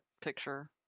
picture